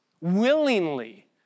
willingly